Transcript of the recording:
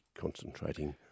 concentrating